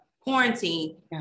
quarantine